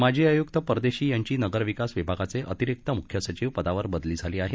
माजी आयुक्त परदेशी यांची नगर विकास विभागाचे अतिरिक्त मुख्य सचिव पदावर बदली झाली आहे